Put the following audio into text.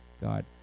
God